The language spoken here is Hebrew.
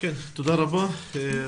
תודה רבה.